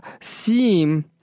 seem